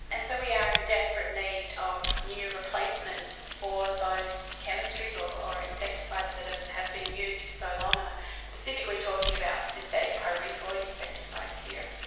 and so we are in desperate need of new replacements for those chemistries or or insecticides that have have been used for so long, and i am specifically talking about synthetic pyrethroid insecticides here.